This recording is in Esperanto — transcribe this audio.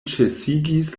ĉesigis